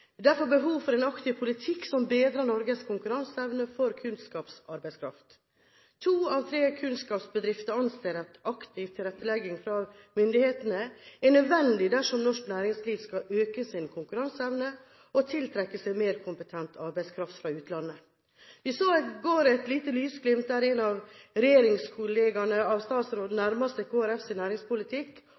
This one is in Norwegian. derfor behov for en aktiv politikk som bedrer Norges konkurranseevne når det gjelder kunnskapsarbeidskraft. To av tre kunnskapsbedrifter anser aktiv tilrettelegging fra myndighetene som nødvendig dersom norsk næringsliv skal øke sin konkurranseevne og tiltrekke seg mer kompetent arbeidskraft fra utlandet. Vi så i går et lite lysglimt, der en av regjeringskollegaene til statsråden nærmer seg Kristelig Folkepartis næringspolitikk